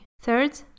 Third